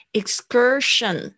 excursion